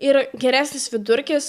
ir geresnis vidurkis